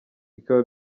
bikaba